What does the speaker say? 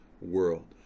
world